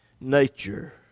nature